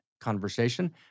conversation